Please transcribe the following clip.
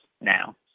now